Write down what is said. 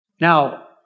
Now